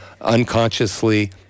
unconsciously